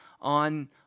on